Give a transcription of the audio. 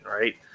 right